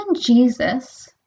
Jesus